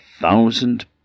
thousand